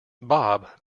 bob